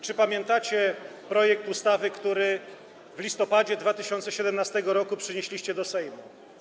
Czy pamiętacie projekt ustawy, który w listopadzie 2017 r. przynieśliście do Sejmu?